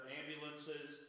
ambulances